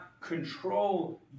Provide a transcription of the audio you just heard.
control